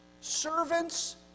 Servant's